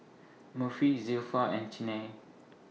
Murphy Zilpha and Chynna